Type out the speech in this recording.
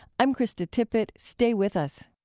i'm krista tippett. stay with us